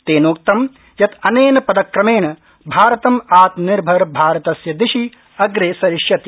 तेनोक्तं यत् अनेन पदक्रमेण भारतम् आत्मनिर्भर भारत दिशि अग्रेसरिष्यति